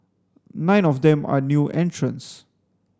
nine of them are new entrants